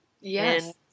yes